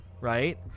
right